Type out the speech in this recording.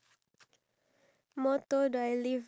iya loyal to your partner